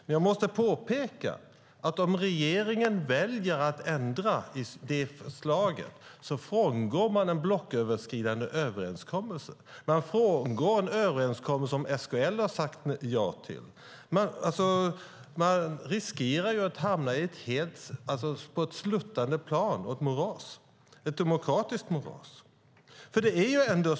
Men jag måste påpeka att om regeringen väljer att ändra i det förslaget frångår man en blocköverskridande överenskommelse. Man frångår en överenskommelse som SKL har sagt ja till. Man riskerar att hamna på ett sluttande plan och i ett demokratiskt moras.